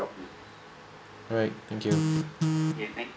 alright thank you